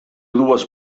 dues